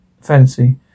fancy